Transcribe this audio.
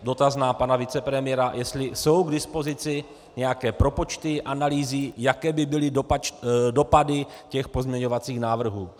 Dotaz na pana vicepremiéra, jestli jsou k dispozici nějaké propočty, analýzy, jaké by byly dopady těch pozměňovacích návrhů.